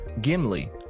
Gimli